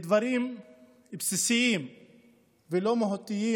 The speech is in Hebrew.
בדברים בסיסיים ולא מהותיים,